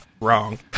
wrong